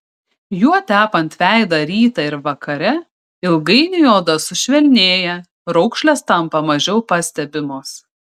juo tepant veidą rytą ir vakare ilgainiui oda sušvelnėja raukšlės tampa mažiau pastebimos